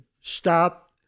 stop